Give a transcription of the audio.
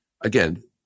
again